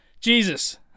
Jesus